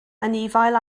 anifail